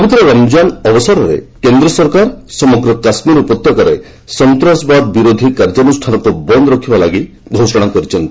ପବିତ୍ର ରମଜାନ ଅବସରରେ କେନ୍ଦ୍ର ସରକାର ସମଗ୍ର କାଶ୍ମୀର ଉପତ୍ୟକାରେ ସନ୍ତାସବାଦ ବିରୋଧୀ କାର୍ଯ୍ୟାନୁଷ୍ଠାନକୁ ବନ୍ଦ ରଖିବା ପାଇଁ ଘୋଷଣା କରିଛନ୍ତି